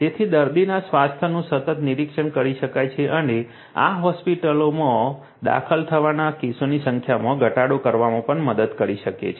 તેથી દર્દીના સ્વાસ્થ્યનું સતત નિરીક્ષણ કરી શકાય છે અને આ હોસ્પિટલમાં દાખલ થવાના કેસોની સંખ્યામાં ઘટાડો કરવામાં પણ મદદ કરી શકે છે